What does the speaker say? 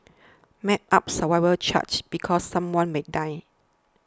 map out survival charts because someone may die